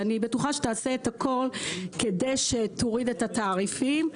ואני בטוחה שתעשה את הכול כדי שתוריד את התעריפים.